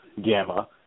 Gamma